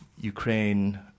Ukraine